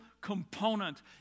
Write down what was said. component